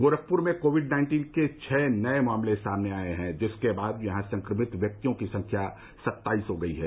गोरखपुर में COVID nineteen के छः नए मामले सामने आए हैं जिसके बाद यहां संक्रमित व्यक्तियों की संख्या सत्ताईस हो गई है